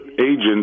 Agents